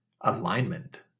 alignment